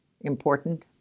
important